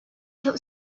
told